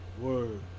Word